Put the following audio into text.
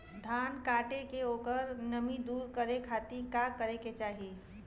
धान कांटेके ओकर नमी दूर करे खाती का करे के चाही?